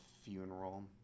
funeral